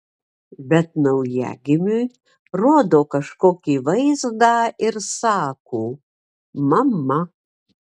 bet naujagimiui rodo kažkokį vaizdą ir sako mama